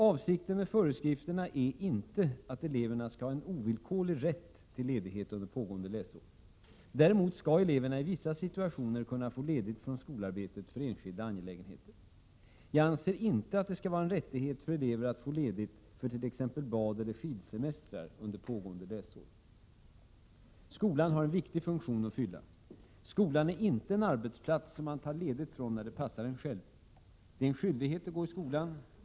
Avsikten med föreskrifterna är inte att eleverna skall ha en ovillkorlig rätt till ledighet under pågående läsår. Däremot skall eleverna i vissa situationer kunna få ledigt från skolarbetet för enskilda angelägenheter. Jag anser inte att det skall vara en rättighet för elever att få ledigt för t.ex. badeller skidsemestrar under pågående läsår. Skolan har en viktig funktion att fylla. Skolan är inte en arbetsplats som man tar ledigt från när det passar en själv. Det är en skyldighet att gå i skolan.